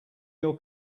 your